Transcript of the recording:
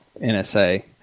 NSA